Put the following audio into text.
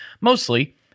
mostly